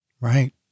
Right